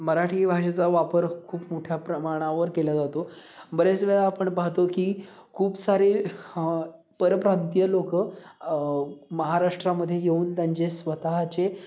मराठी भाषेचा वापर खूप मोठ्या प्रमाणावर केला जातो बरेच वेळा आपण पाहतो की खूप सारे परप्रांतीय लोक महाराष्ट्रामध्ये येऊन त्यांचे स्वतःचे